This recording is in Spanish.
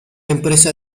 empresa